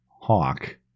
Hawk